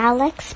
Alex